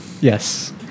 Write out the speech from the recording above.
Yes